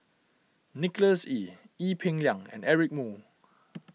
Nicholas Ee Ee Peng Liang and Eric Moo